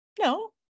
no